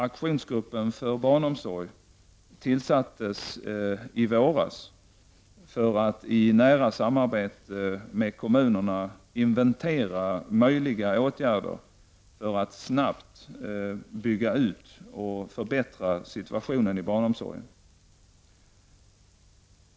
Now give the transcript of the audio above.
Aktionsgruppen för barnomsorg tillsattes i våras för att i nära samarbete med kommunerna inventera möjliga åtgärder för att snabbt bygga ut och förbättra situationen i barnomsorgen.